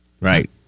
Right